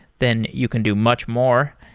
then you can do much more.